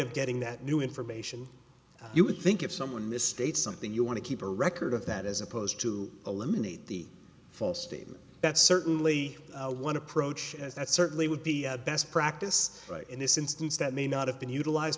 of getting that new information you would think if someone misstates something you want to keep a record of that as opposed to eliminate the false statement that's certainly one approach that certainly would be best practice in this instance that may not have been utilized